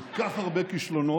כל כך הרבה כישלונות